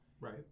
Right